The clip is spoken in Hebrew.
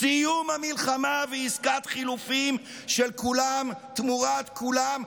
סיום המלחמה ועסקת חילופים של כולם תמורת כולם,